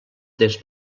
des